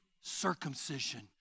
circumcision